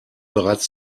bereits